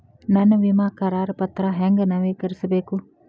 ನನ್ನ ವಿಮಾ ಕರಾರ ಪತ್ರಾ ಹೆಂಗ್ ನವೇಕರಿಸಬೇಕು?